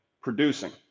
producing